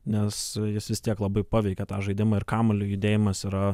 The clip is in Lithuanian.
nes jis vis tiek labai paveikė tą žaidimą ir kamuolio judėjimas yra